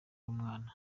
umwana